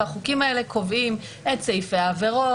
והחוקים האלה קובעים את סעיפי העבירות,